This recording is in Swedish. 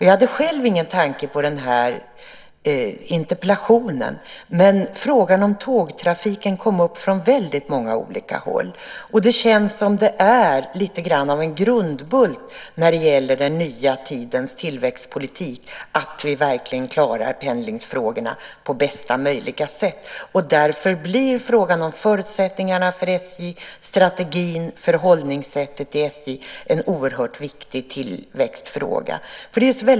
Jag hade själv ingen tanke på denna interpellation, men frågan om tågtrafiken kom upp från många håll. Det känns som att det är en grundbult när det gäller den nya tidens tillväxtpolitik att vi klarar pendlingsfrågorna på bästa möjliga sätt. Därför blir förutsättningarna, strategin och förhållningssättet i SJ en oerhört viktig tillväxtfråga.